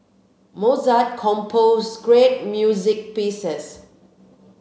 Mozart composed great music pieces